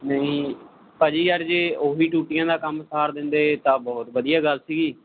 ਨਹੀਂ ਭਾਜੀ ਯਾਰ ਜੇ ਉਹੀ ਟੂਟੀਆਂ ਦਾ ਕੰਮ ਸਾਰ ਦਿੰਦੇ ਤਾਂ ਬਹੁਤ ਵਧੀਆ ਗੱਲ ਸੀਗੀ